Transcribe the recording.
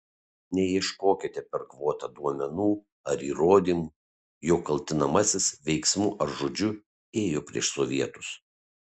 neieškokite per kvotą duomenų ir įrodymų jog kaltinamasis veiksmu ar žodžiu ėjo prieš sovietus